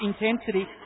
intensity